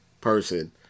person